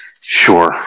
Sure